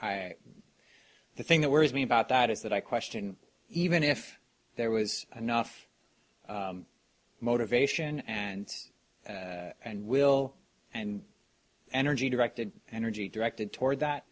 the thing that worries me about that is that i question even if there was enough motivation and and will and energy directed energy directed toward